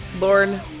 Lorne